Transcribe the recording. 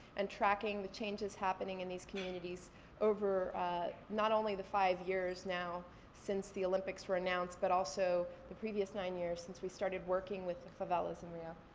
and tracking the changes happening in these communities over not only the five years now since the olympics were announced, but also the previous nine years since we started working with the favelas in rio.